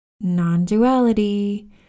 non-duality